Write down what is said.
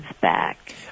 back